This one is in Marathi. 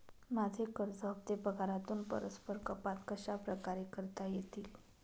माझे कर्ज हफ्ते पगारातून परस्पर कपात कशाप्रकारे करता येतील?